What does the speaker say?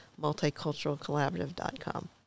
multiculturalcollaborative.com